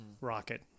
rocket